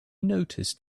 noticed